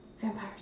vampires